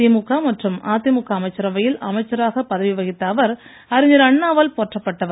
திமுக மற்றும் அதிமுக அமைச்சரவையில் அமைச்சராக பதவி வகித்த அவர் அறிஞர் அண்ணாவால் போற்றப்பட்டவர்